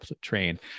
train